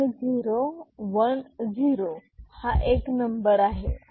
1 0 1 0 एक नंबर आहे